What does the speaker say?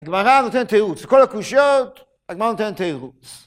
הגמרא נותנת תירוץ. לכל הקושיות, הגמרא נותנת תירוץ.